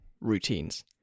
routines